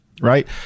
right